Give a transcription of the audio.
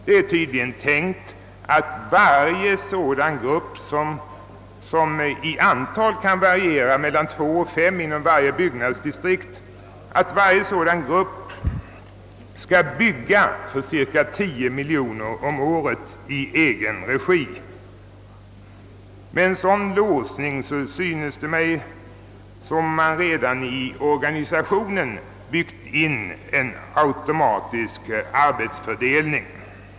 Det är tydligen tänkt att dessa grupper — som i antal kan variera mellan två och fem inom varje byggnadsdistrikt — var och en skall bygga för cirka 10 miljoner kronor om året i egen regi. Med en sådan låsning synes det mig som om man redan i organisationen byggt in en automatisk arbetsfördelning.